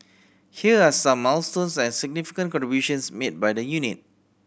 here are some milestones and significant contributions made by the unit